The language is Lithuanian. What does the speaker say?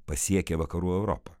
pasiekė vakarų europą